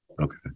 Okay